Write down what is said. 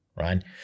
right